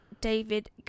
David